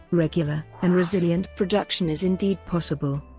regular and resilient production is indeed possible.